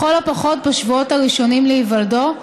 לכל הפחות בשבועות הראשונים להיוולדו,